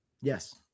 yes